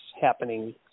happening